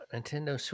Nintendo